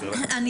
בוקר טוב לכולם,